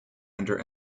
under